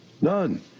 None